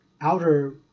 outer